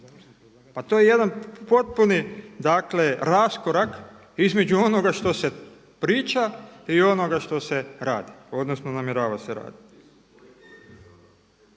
Pa to je jedan potpuni dakle raskorak između onoga što se priča i onoga što se radi, odnosno namjerava se raditi.